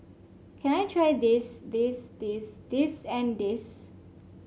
can I try this this this this and this